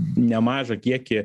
nemažą kiekį